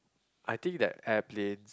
I think that airplane